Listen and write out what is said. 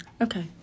Okay